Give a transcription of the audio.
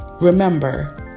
Remember